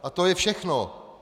A to je všechno.